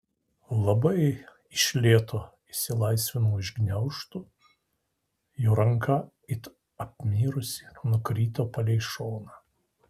labai iš lėto išsilaisvinau iš gniaužtų jo ranka it apmirusi nukrito palei šoną